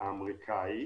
האמריקאית